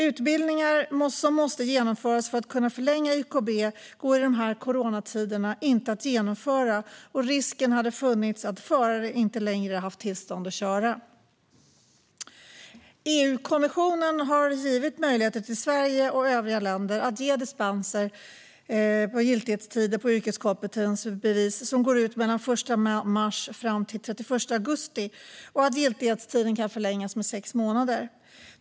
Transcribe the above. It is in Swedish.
Utbildningar som måste genomföras för att YKB ska kunna förlängas går i dessa coronatider inte att genomföra, och risken hade funnits att förare inte längre haft tillstånd att köra. EU-kommissionen har givit möjligheter till Sverige och övriga EU-länder att ge dispens när det gäller giltighetstiden för yrkeskompetensbevis som går ut mellan den 1 mars och den 31 augusti. Giltighetstiden kan förlängas med sex månader.